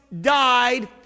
died